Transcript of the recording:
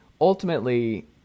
ultimately